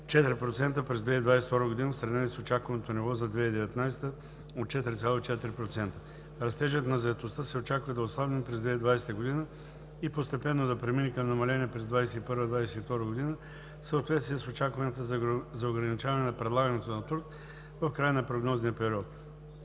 4% през 2022 г. в сравнение с очаквано ниво за 2019 г. от 4,4%. Растежът на заетостта се очаква да отслабне през 2020 г. и постепенно да премине към намаление през 2021-а и 2022 г. в съответствие с очакванията за ограничаване на предлагането на труд в края на прогнозния период.